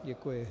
Děkuji.